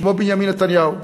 שמו בנימין נתניהו.